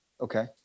Okay